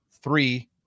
three